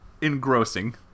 engrossing